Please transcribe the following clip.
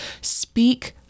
Speak